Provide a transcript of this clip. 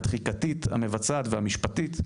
התחיקתית, המבצעת והמשפטית,